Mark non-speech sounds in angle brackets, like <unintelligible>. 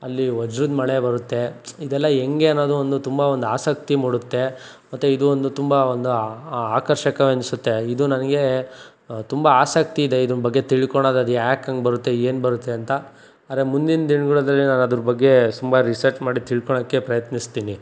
ಅಲ್ಲಿ ವಜ್ರದ ಮಳೆ ಬರುತ್ತೆ ಇದೆಲ್ಲ ಹೆಂಗೆ ಅನ್ನೋದು ಒಂದು ತುಂಬ ಒಂದು ಆಸಕ್ತಿ ಮೂಡುತ್ತೆ ಮತ್ತು ಇದು ಒಂದು ತುಂಬ ಒಂದು ಆಕರ್ಷಕವೆನಿಸುತ್ತೆ ಇದು ನನಗೆ ತುಂಬ ಆಸಕ್ತಿ ಇದೆ ಇದ್ರ ಬಗ್ಗೆ ತಿಳ್ಕೊಳ್ಳೋದು ಅದು ಯಾಕೆ ಹಂಗೆ ಬರುತ್ತೆ ಏನು ಬರುತ್ತೆ ಅಂತ ಆದ್ರೆ ಮುಂದಿನ ದಿನಗಳ <unintelligible> ಅದ್ರ ಬಗ್ಗೆ ತುಂಬ ರಿಸರ್ಚ್ ಮಾಡಿ ತಿಳ್ಕೊಳ್ಳೋಕೆ ಪ್ರಯತ್ನಿಸ್ತೀನಿ